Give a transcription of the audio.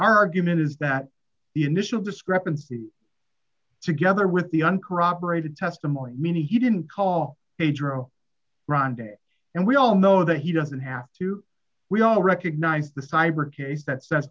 argument is that the initial discrepancy together with the uncorroborated testimony meaning he didn't call pedro rhonda and we all know that he doesn't have to we all recognize the cyber case that says